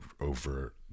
over